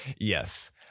Yes